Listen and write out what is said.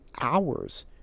hours